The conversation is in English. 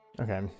Okay